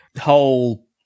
whole